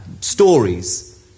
stories